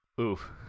Oof